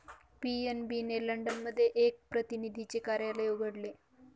PNB ने London मध्ये एक प्रतिनिधीचे कार्यालय उघडले